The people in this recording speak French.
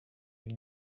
chez